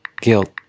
guilt